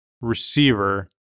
Receiver